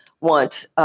want